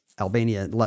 Albania